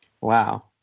Wow